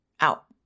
out